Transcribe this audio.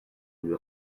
lui